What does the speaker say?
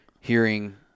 hearing